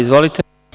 Izvolite.